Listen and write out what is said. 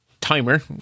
timer